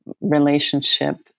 relationship